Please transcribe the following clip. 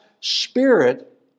Spirit